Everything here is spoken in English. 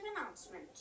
announcement